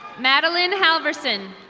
madeline halverson.